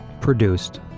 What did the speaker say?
produced